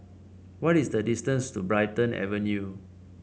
what is the distance to Brighton Avenue